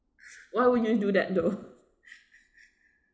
why would you do that though